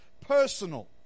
personal